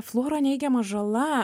fluoro neigiama žala